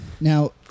Now